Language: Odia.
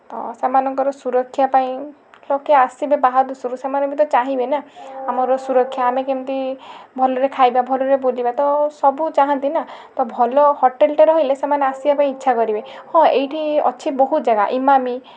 ହଁ ସେମାନଙ୍କର ସୁରକ୍ଷା ପାଇଁ ଲୋକେ ଆସିବେ ବାହାର ଦେଶରୁ ସେମାନେ ବି ତ ଚାହିଁବେ ନା ଆମର ସୁରକ୍ଷା ଆମେ କେମିତି ଭଲରେ ଖାଇବା ଭଲରେ ବୁଲିବା ତ ସବୁ ଚାହାନ୍ତି ନା ତ ଭଲ ହୋଟେଲଟେ ରହିଲେ ସେମାନେ ଆସିବା ପାଇଁ ଇଚ୍ଛା କରିବେ ହଁ ଏଇଠି ଅଛି ବହୁତ ଜାଗା ଇମାମି